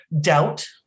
Doubt